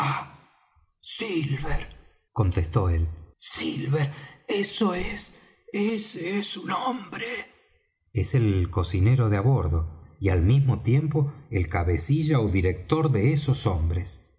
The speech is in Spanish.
contestó él silver eso es ese es su nombre es el cocinero de á bordo y al mismo tiempo el cabecilla ó director de esos hombres